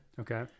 Okay